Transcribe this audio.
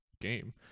game